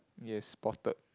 yes spotted